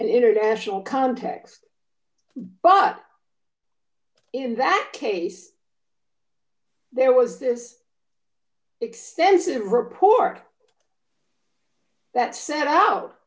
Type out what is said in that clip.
an international context but in that case there was this extensive report that set out